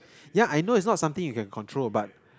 yeah I know is not something you can control but